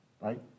right